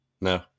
No